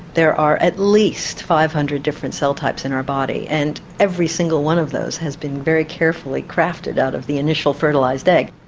there are at least five hundred different cell types in our body and every single one of those has been very carefully crafted out of the initial fertilised egg.